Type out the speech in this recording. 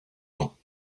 ans